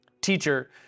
Teacher